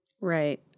Right